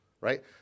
right